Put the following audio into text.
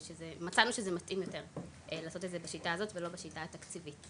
מצאנו שזה מתאים יותר לעשות את זה בשיטה הזאת ולא בשיטה התקציבית.